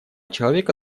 человека